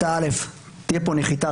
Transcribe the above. דבר אחד, תהיה פה נחיתה